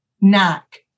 knack